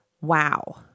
Wow